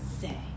say